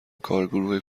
کارگروه